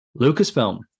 Lucasfilm